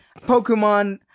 Pokemon